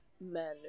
men